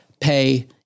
pay